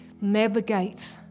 navigate